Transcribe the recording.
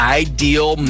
ideal